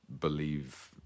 believe